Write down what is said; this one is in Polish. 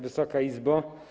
Wysoka Izbo!